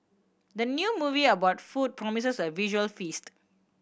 the new movie about food promises a visual feast